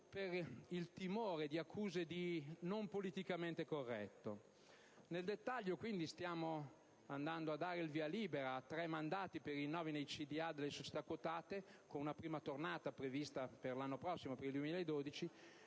per il timore di accuse di non politicamente corretto. Nel dettaglio, quindi, stiamo andando a dare il via libera a tre mandati per i rinnovi nei CDA delle società quotate, con una prima tornata prevista per l'anno prossimo, per il 2012,